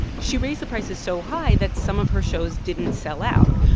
she raised the prices so high that some of her shows didn't sell out,